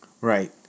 Right